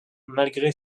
malgré